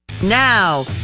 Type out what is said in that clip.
Now